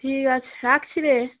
ঠিক আছে রাখছি রে